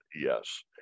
Yes